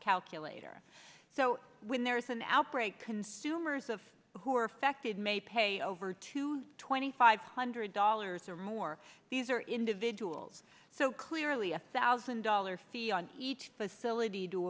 calculator so when there is an outbreak consumers of who are affected may pay over two twenty five hundred dollars or more these are individuals so clearly a thousand dollars fee on each facility to